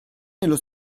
nello